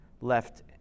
left